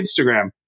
Instagram